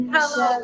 Hello